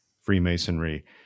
Freemasonry